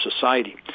society